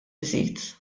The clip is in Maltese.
nżid